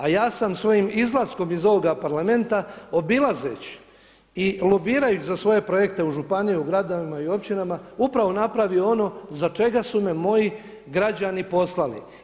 A ja sam svojim izlaskom iz ovoga Parlamenta obilazeći i lobirajući za svoje projekte u županiji, u gradovima i općinama upravo napravio ono za čega su me moji građani poslali.